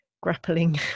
grappling